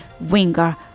winger